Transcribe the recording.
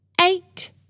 eight